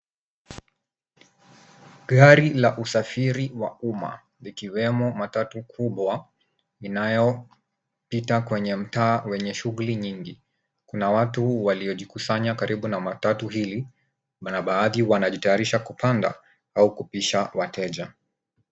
Gari la usafiri wa umma, likiwemo matatu kubwa inayopita kwenye mtaa wenye shughuli nyingi. Kuna watu waliojikusanya karibu na matatu hili na baadhi wanajitayarisha kupanda au kupisha wateja.